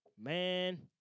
Man